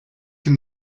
can